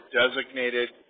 designated